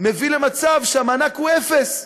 מביא למצב שהמענק הוא אפס.